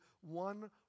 one